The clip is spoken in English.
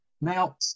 Now